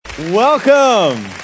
Welcome